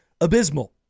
abysmal